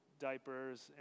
diapers